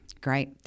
Great